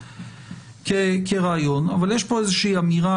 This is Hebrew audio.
יש פה אמירה